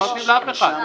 לא נותנים כרגע לאף אחד.